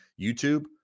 YouTube